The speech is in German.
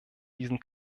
diesen